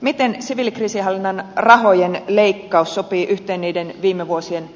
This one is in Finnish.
miten siviilikriisinhallinnan rahojen leikkaus sopii yhteen niiden viime vuosien